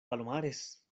palomares